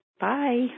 Bye